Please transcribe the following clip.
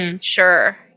Sure